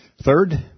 Third